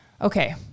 Okay